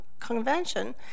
Convention